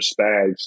Spags